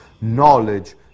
Knowledge